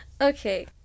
Okay